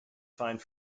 find